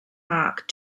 mark